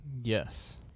Yes